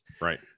Right